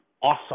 awesome